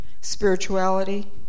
spirituality